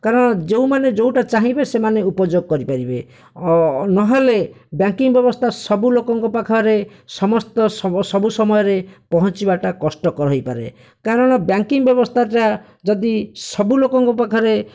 କାରଣ ଯେଉଁମାନେ ଯେଉଁଟା ଚାହିଁବେ ସେମାନେ ଉପଯୋଗ କରିପାରିବେ ଓ ନହେଲେ ବ୍ୟାଙ୍କିଙ୍ଗ ବ୍ୟବସ୍ଥା ସବୁ ଲୋକଙ୍କ ପାଖରେ ସମସ୍ତ ସବୁ ସମୟରେ ପହଞ୍ଚିବାଟା କଷ୍ଟକର ହୋଇପାରେ କାରଣ ବ୍ୟାଙ୍କିଙ୍ଗ ବ୍ୟବସ୍ଥାଟା ଯଦି ସବୁ ଲୋକଙ୍କ ପାଖରେ